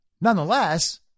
Nonetheless